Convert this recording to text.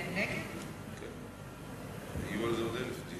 בעד, 2,